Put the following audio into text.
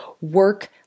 work